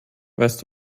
weißt